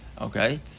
Okay